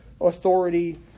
authority